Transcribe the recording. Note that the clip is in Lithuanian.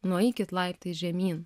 nueikit laiptais žemyn